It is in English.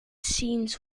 scenes